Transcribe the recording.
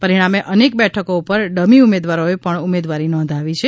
પરીણામે અનેક બેઠકો પર ડમી ઉમેદવારોએ પણ ઉમેદવારી નોંધાવી છે